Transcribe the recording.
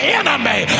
enemy